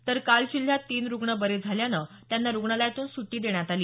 तर काल जिल्ह्यात तीन रुग्ण बरे झाल्यानं त्यांना रुग्णालयातून सुटी देण्यात आली